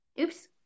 Oops